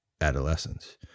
adolescence